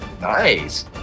nice